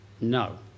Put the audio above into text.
No